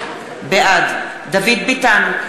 בעד דוד ביטן,